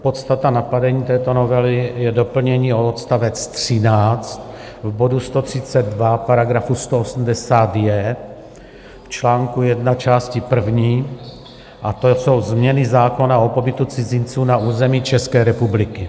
Podstata napadení této novely je doplnění o odst. 13 v bodu 132, paragrafu 180j, článku I, části první, a to jsou změny zákona o pobytu cizinců na území České republiky.